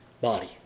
body